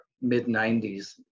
mid-90s